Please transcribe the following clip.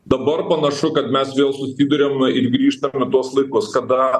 dabar panašu kad mes vėl susiduriam ir grįžtam į tuos laikus kada